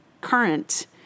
current